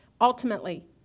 Ultimately